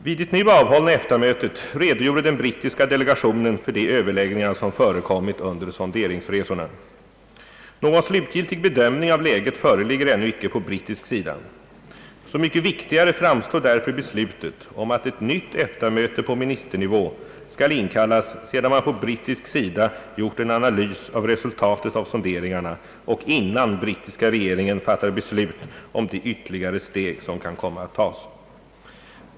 Vid det nu avhållna EFTA-mötet redogjorde den brittiska delegationen för de överläggningar som förekommit under sonderingsresorna. Någon slutgiltig bedömning av läget föreligger ännu icke på brittisk sida. Så mycket viktigare framstår därför beslutet om att ett nytt EFTA-möte på ministernivå skall inkallas sedan man på brittisk sida gjort en analys av resultatet av sonderingarna och innan brittiska regeringen fattar beslut om de ytterligare steg som kan komma att tas.